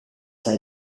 her